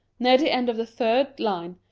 near the end of the third line,